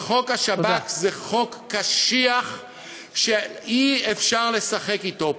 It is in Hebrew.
אבל חוק השב"כ זה חוק קשיח שאי-אפשר לשחק אתו.